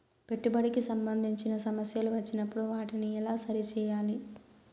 పెట్టుబడికి సంబంధించిన సమస్యలు వచ్చినప్పుడు వాటిని ఎలా సరి చేయాలి?